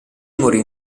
morì